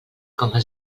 coma